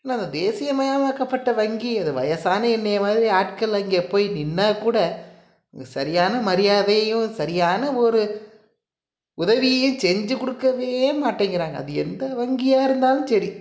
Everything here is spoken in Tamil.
இல்லை தேசியமயமாக்கப்பட்ட வங்கி வயசான என்னைய மாதிரி ஆட்கள் அங்கே போய் நின்னால் கூட சரியான மரியாதையும் சரியான ஒரு உதவியும் செஞ்சுக்கொடுக்கவே மாட்டேங்கிறாங்க அது எந்த வங்கியிருந்தாலும் சரி